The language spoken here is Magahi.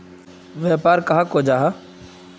व्यापार कहाक को जाहा?